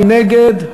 מי נגד?